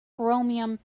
chromium